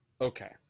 okay